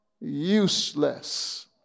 useless